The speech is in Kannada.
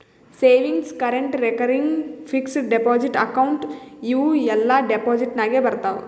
savings, current, recurring, fixed deposit account ಇವೂ ಎಲ್ಲಾ ಡೆಪೋಸಿಟ್ ನಾಗೆ ಬರ್ತಾವ್